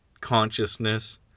consciousness